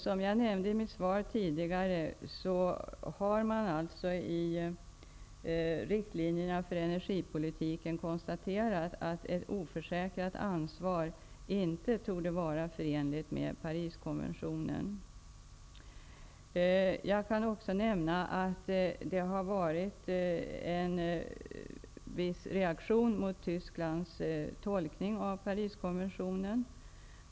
Som jag nämnde i mitt svar tidigare har man alltså i riktlinjerna för energipolitiken konstaterat att ett oförsäkrat ansvar inte torde vara förenligt med Det har varit en viss reaktion mot Tysklands tolkning av Pariskonventionen.